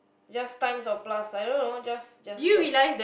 just times or plus I don't know just just that